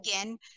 again